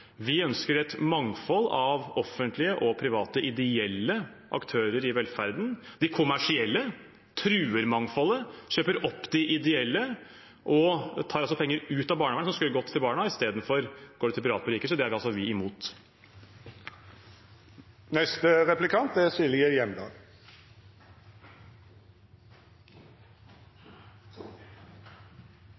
Vi ønsker et mangfold av offentlige og private ideelle aktører i velferden. De kommersielle truer mangfoldet, kjøper opp de ideelle og tar penger ut av barnevernet som skulle gått til barna. Isteden går det til private og rike. Det er vi imot.